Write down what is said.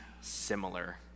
similar